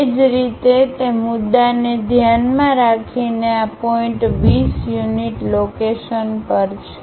એ જ રીતે તે મુદ્દાને ધ્યાનમાં રાખીને આ પોઇન્ટ 20 યુનિટ લોકેશન પર છે